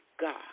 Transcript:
God